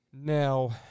Now